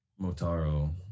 motaro